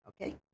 Okay